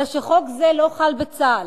אלא שחוק זה לא חל בצה"ל,